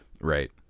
Right